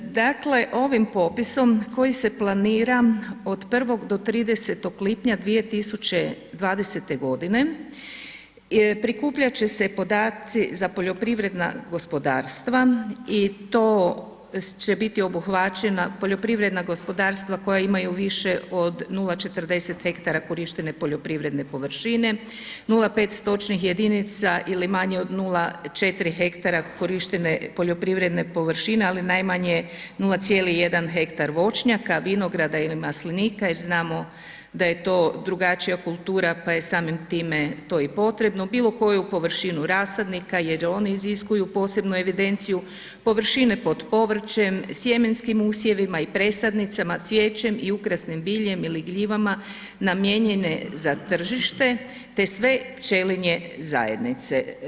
Dakle ovim popisom koji se planira od 1. do 30. lipnja 2020. godine prikupljati će se podaci za poljoprivredna gospodarstva i to će biti obuhvaćena poljoprivredna gospodarstva koja imaju više od 0,40 hektara korištene poljoprivredne površine, 0,5 stočnih jedinica ili manje od 0,4 hektara korištene poljoprivredne površine ali najmanje 0,1 hektar voćnjaka, vinograda ili maslinika jer znamo da je to drugačija kultura pa je samim time to i potrebno, bilo koju površinu rasadnika jer oni iziskuju posebnu evidenciju, površine pod povrćem, sjemenskim usjevima i presadnicama, cvijećem i ukrasnim biljem ili gljivama namijenjene za tržište te sve pčelinje zajednice.